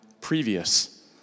previous